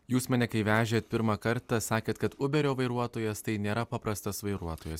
jūs mane kai vežėt pirmą kartą sakėt kad uberio vairuotojas tai nėra paprastas vairuotojas